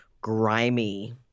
grimy